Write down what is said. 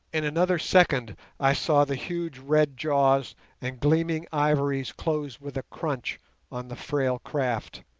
in another second i saw the huge red jaws and gleaming ivories close with a crunch on the frail craft,